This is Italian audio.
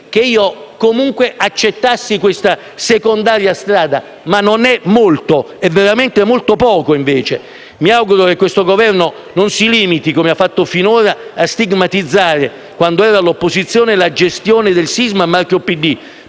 che io comunque accettassi - questa secondaria strada, ma non è molto: in realtà, è veramente molto poco. Mi auguro che questo Governo non si limiti - come ha fatto finora - a stigmatizzare, quando era all'opposizione, la gestione a marchio PD